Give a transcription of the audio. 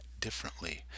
differently